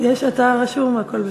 אתה רשום והכול בסדר,